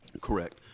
Correct